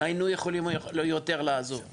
היינו יכולים לעזור יותר.